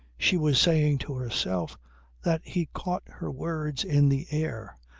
she was saying to herself that he caught her words in the air,